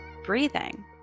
Breathing